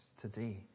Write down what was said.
today